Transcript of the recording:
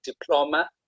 diploma